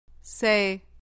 Say